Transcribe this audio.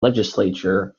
legislature